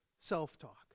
self-talk